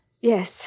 Yes